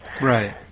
right